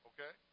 Okay